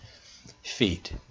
feet